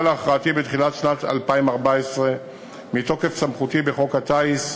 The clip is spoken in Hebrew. להכרעתי בתחילת שנת 2014 מתוקף סמכותי בחוק הטיס,